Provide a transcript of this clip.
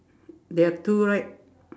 there are two right